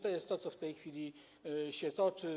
To jest to, co w tej chwili się toczy.